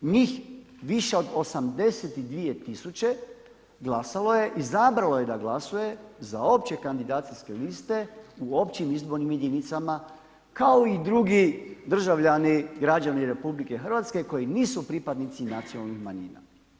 Njih više od 82 tisuće glasalo je, izabralo je da glasuje za opće kandidacijske liste u općim izbornim jedinicama, kao i drugi državljani, građani RH koji nisu pripadnici nacionalnih manjina.